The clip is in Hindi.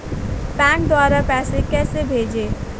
बैंक द्वारा पैसे कैसे भेजें?